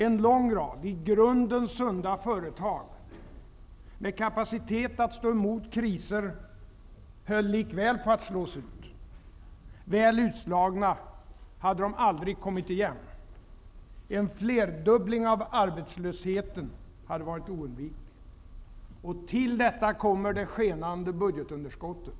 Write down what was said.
En lång rad i grunden sunda företag med kapacitet att stå emot kriser höll likväl på att slås ut. Väl utslagna hade de aldrig kommit igen. En flerdubbling av arbetslösheten hade varit oundviklig. Till detta kommer det skenande budgetunderskottet.